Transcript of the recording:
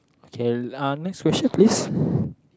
K uh next question please